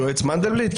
היועץ מנדלבליט?